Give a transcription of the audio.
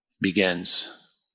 begins